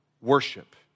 worship